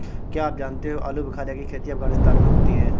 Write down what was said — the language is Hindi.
क्या आप जानते हो आलूबुखारे की खेती अफगानिस्तान में होती है